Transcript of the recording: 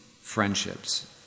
friendships